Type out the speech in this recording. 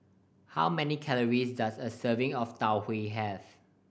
how many calories does a serving of Tau Huay have